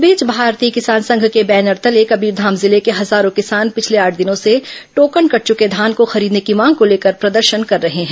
इस बीच भारतीय किसान संघ के बैनर तले कबीरधाम जिले के हजारों किसान पिछले आठ दिनों से टोकन कट चुके धान को खरीदने की मांग को लेकर प्रदर्शन कर रहे हैं